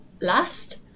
last